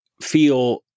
feel